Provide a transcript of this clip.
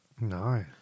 No